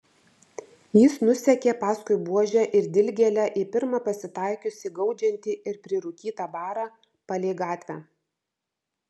jis nusekė paskui buožę ir dilgėlę į pirmą pasitaikiusį gaudžiantį ir prirūkytą barą palei gatvę